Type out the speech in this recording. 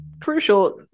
crucial